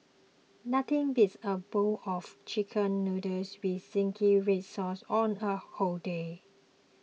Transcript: nothing beats a bowl of Chicken Noodles with Zingy Red Sauce on a whole day